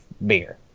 beer